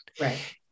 right